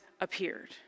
appeared